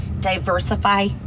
Diversify